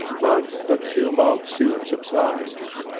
but the tumult soon subsides.